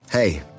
Hey